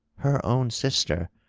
her own sister,